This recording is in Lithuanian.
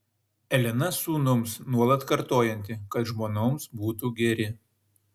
elena sūnums nuolat kartojanti kad žmonoms būtų geri